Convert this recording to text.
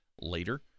later